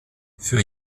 für